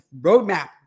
roadmap